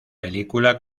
película